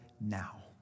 now